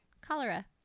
Cholera